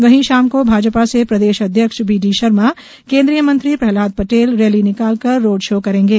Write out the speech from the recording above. वही शाम को भाजपा से प्रदेश अध्यक्ष बीडी शर्मा केंद्रीय मंत्री प्रहलाद पटेल रैली निकालकर रोड शो करेंगे